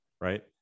right